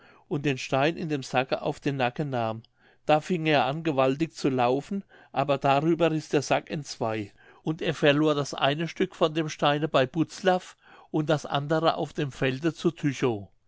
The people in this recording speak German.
und den stein in dem sacke auf den nacken nahm da fing er an gewaltig zu laufen aber darüber riß der sack entzwei und er verlor das eine stück von dem steine bei butzlaff und das andere auf dem felde zu